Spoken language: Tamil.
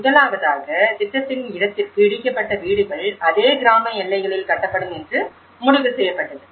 முதலாவதாக திட்டத்தின் இடத்திற்கு இடிக்கப்பட்ட வீடுகள் அதே கிராம எல்லைகளில் கட்டப்படும் என்று முடிவு செய்யப்பட்டது